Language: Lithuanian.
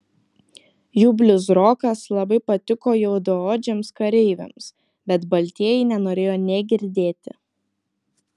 jų bliuzrokas labai patiko juodaodžiams kareiviams bet baltieji nenorėjo nė girdėti